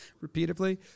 repeatedly